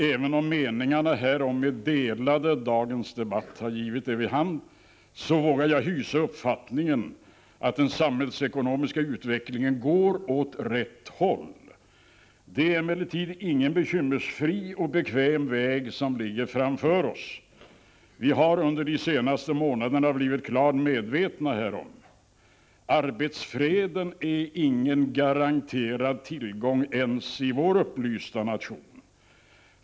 Även om meningarna härom är delade — dagens debatt har givit detta vid handen — vågar jag hysa uppfattningen att den samhällsekonomiska utvecklingen går åt rätt håll. Det är emellertid ingen bekymmersfri och bekväm väg som ligger framför oss. Vi har under de senaste månaderna blivit klart medvetna härom. Arbetsfreden är ingen garanterad tillgång ens i vår upplysta nation.